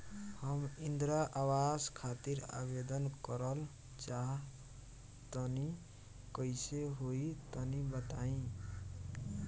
हम इंद्रा आवास खातिर आवेदन करल चाह तनि कइसे होई तनि बताई?